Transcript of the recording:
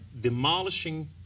demolishing